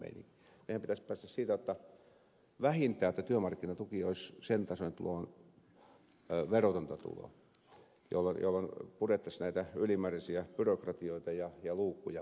meidän pitäisi päästä vähintään siihen jotta työmarkkinatuki olisi sen tasoisena verotonta tuloa jolloin purettaisiin näitä ylimääräisiä byrokratioita ja luukkuja pois